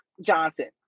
Johnson